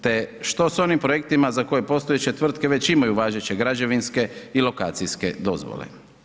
Te što s onim projektima za koje postojeće tvrtke već imaju važeće građevinske i lokacijske dozvole.